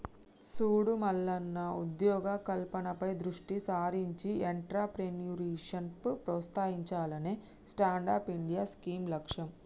సూడు మల్లన్న ఉద్యోగ కల్పనపై దృష్టి సారించి ఎంట్రప్రేన్యూర్షిప్ ప్రోత్సహించాలనే స్టాండప్ ఇండియా స్కీం లక్ష్యం